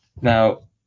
Now